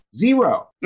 Zero